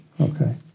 okay